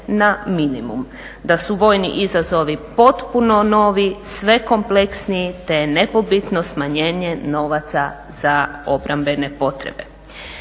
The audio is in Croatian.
na minimum. Da su vojni izazovi potpuno novi, sve kompleksniji te nepobitno smanjenje novaca za obrambene potrebe.